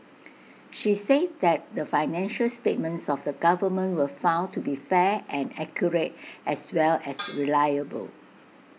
she said that the financial statements of the government were found to be fair and accurate as well as reliable